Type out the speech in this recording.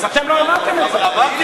אז אתם לא אמרתם את זה.